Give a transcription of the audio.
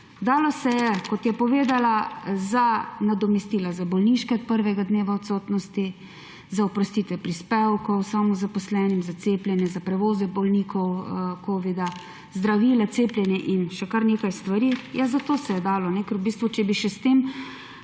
Dalo se je, kot je povedala, za nadomestila za bolniške od prvega dne odsotnosti, za oprostitev prispevkov samozaposlenim, za cepljenje, za prevoze covid bolnikov, zdravila, cepljenje in še kar nekaj stvari. Ja, za to se je dalo. Ker v bistvu če bi še s tem